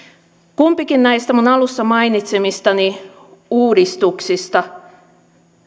kumpikin näistä minun alussa mainitsemistani uudistuksista